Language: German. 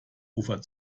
ufer